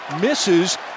misses